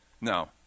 No